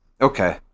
Okay